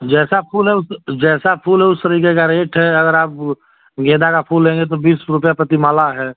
जैसा फूल है उस जैसा फूल है उस तरीक़े का रेट है अगर आप गेंदे का फूल लेंगे तो बीस रुपये प्रति माला हैं